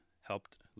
helped